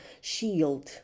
shield